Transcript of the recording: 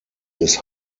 des